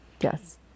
Yes